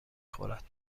خورد